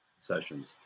sessions